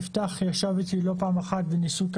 יפתח ישב אתי לא פעם אחת וניסו,